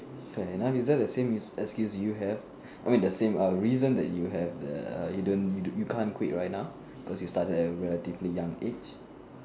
so it I'm using the same excuse you have I mean the same reason that you have you don't you can't quit right now because you started at a relatively young age